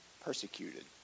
persecuted